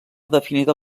definida